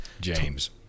James